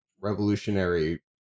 revolutionary